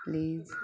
please